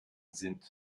sind